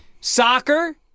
Soccer